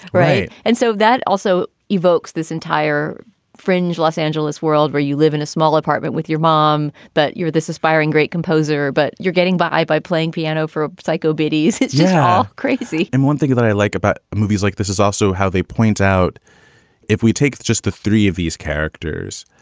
right. and so that also evokes this entire fringe los angeles world where you live in a small apartment with your mom. but you're this aspiring great composer, but you're getting by by playing piano for a psycho bitties. it's yeah crazy and one thing that i like about movies like this is also how they point out if we take just the three of these characters,